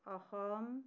Assam